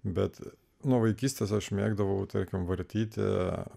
bet nuo vaikystės aš mėgdavau tarkim vartyti